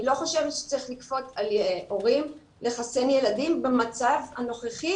אני לא חושבת שצריך לכפות על הורים לחסן ילדים במצב הנוכחי